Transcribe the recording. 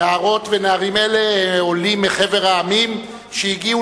נערות ונערים אלה הם עולים מחבר העמים שהגיעו